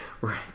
right